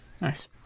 Nice